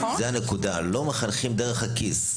זאת הנקודה, לא מחנכים דרך הכיס.